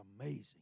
amazing